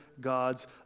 God's